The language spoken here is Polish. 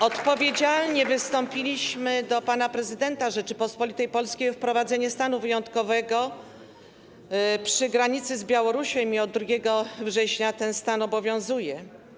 Odpowiedzialnie wystąpiliśmy do pana prezydenta Rzeczypospolitej Polskiej o wprowadzenie stanu wyjątkowego przy granicy z Białorusią i od 2 września ten stan obowiązuje.